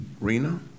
Rena